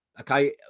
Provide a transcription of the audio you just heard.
Okay